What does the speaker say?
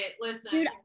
listen